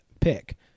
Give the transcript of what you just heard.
pick